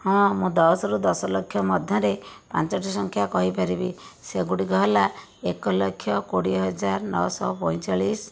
ହଁ ମୁଁ ଦଶରୁ ଦଶଲକ୍ଷ ମଧ୍ୟରେ ପାଞ୍ଚଟି ସଂଖ୍ୟା କହିପାରିବି ସେଗୁଡ଼ିକ ହେଲା ଏକଲକ୍ଷ କୋଡ଼ିଏହଜାର ନଅଶହ ପଇଁଚାଳିଶ